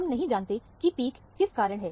हम नहीं जानते कि पीक किस कारण है